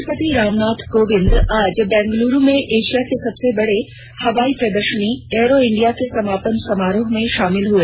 राष्ट्रपति रामनाथ कोविंद आज बेंगलुरू में एशिया की सबसे बडी हवाई प्रदर्शनी एरो इंडिया के समापन समारोह में शामिल हुए